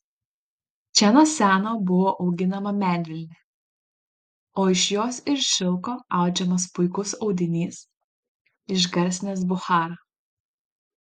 čia nuo seno buvo auginama medvilnė o iš jos ir šilko audžiamas puikus audinys išgarsinęs bucharą